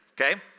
Okay